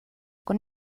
con